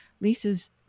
Lisa's